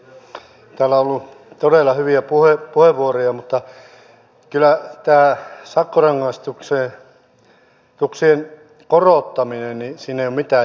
täällä on ollut todella hyviä puheenvuoroja mutta kyllä tässä sakkorangaistuksien korottamisessa ei ole mitään järkeä